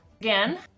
again